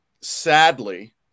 sadly